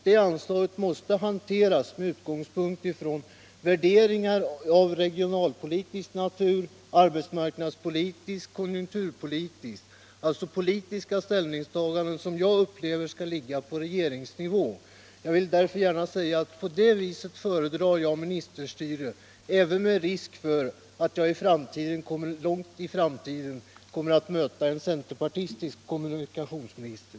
Det anslaget måste hanteras med utgång från värderingar av regional-, arbetsmarknadsoch konjunkturpolitisk natur. Det är alltså fråga om ställningstaganden som bör ligga på regeringsnivå. Jag vill därför säga att jag på det viset föredrar ministerstyre, även med risk för att jag långt fram i tiden kommer att möta en centerpartistisk kommunikationsminister.